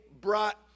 brought